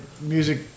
music